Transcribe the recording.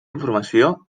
informació